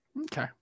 Okay